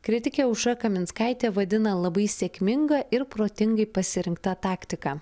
kritikė aušra kaminskaitė vadina labai sėkminga ir protingai pasirinkta taktika